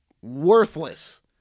Worthless